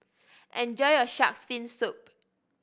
enjoy your Shark's Fin Soup